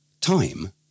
time